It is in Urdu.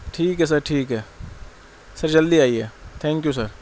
ٹھیک ہے سر ٹھیک ہے سر جلدی آئیے تھینک یو سر